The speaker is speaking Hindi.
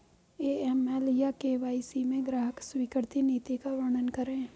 ए.एम.एल या के.वाई.सी में ग्राहक स्वीकृति नीति का वर्णन करें?